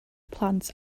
plant